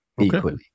equally